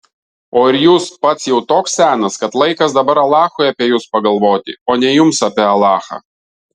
o ir jūs pats jau toks senas kad laikas dabar alachui apie jus pagalvoti o ne jums apie alachą